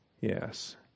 Yes